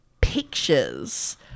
pictures